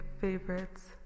favorites